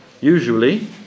Usually